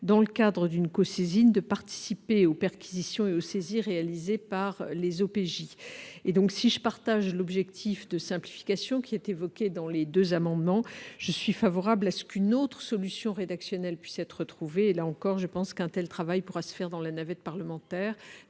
dans le cadre d'une cosaisine, de participer aux perquisitions et aux saisies réalisées par les OPJ. Si je partage l'objectif de simplification évoqué au travers de ces deux amendements identiques, je suis favorable à ce qu'une autre solution rédactionnelle puisse être trouvée. Là encore, je pense qu'un tel travail pourra être réalisé au cours de la navette parlementaire.